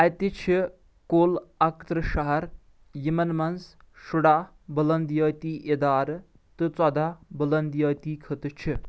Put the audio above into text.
اتہِ چھِ كُل اَکترٕٛہ شہر یِمن منٛز شُراہ بلدِیٲتی ادارٕ تہٕ ژۄدہ بلدِیٲتی خطہٕ چھِ